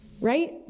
right